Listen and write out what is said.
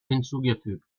hinzugefügt